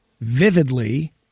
vividly